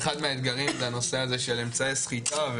אחד מהאתגרים זה הנושא הזה של אמצעי סחיטה,